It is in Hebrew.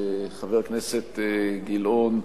חבר הכנסת גילאון,